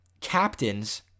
captains